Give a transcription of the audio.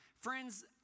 Friends